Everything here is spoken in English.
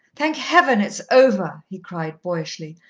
thank heaven, it's over, he cried boyishly.